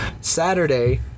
Saturday